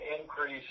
increase